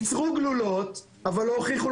ייצרו גלולות אבל לא הוכיחו,